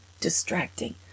distracting